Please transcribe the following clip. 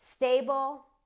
stable